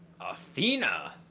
Athena